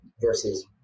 versus